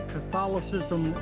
Catholicism